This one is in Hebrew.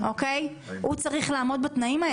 הוא צריך לעמוד בתנאים האלה.